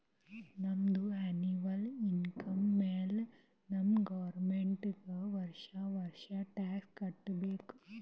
ನಮ್ದು ಎನ್ನವಲ್ ಇನ್ಕಮ್ ಮ್ಯಾಲೆ ನಾವ್ ಗೌರ್ಮೆಂಟ್ಗ್ ವರ್ಷಾ ವರ್ಷಾ ಟ್ಯಾಕ್ಸ್ ಕಟ್ಟಬೇಕ್